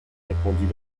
répondit